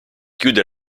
chiude